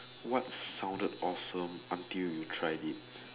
what sounded awesome until you tried it